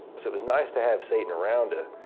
so it was nice to have satan around, ah